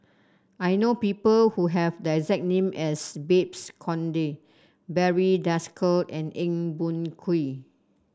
I know people who have the exact name as Babes Conde Barry Desker and Eng Boh Kee